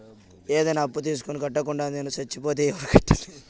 ఏదైనా అప్పు తీసుకొని కట్టకుండా నేను సచ్చిపోతే ఎవరు కట్టాలి?